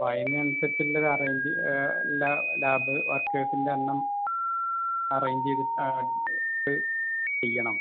അപ്പോൾ അതിനനുസരിച്ചുള്ള ഒരു റേഞ്ച് എല്ലാ വർക്കേഴ്സിൻ്റെ എണ്ണം അറേഞ്ച് ചെയ്തിട്ട് ഇത് ചെയ്യണം